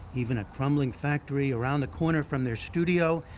even a crumbling factory around the corner from their studio,